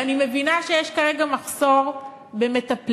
ואני מבינה שיש כרגע מחסור במטפלים,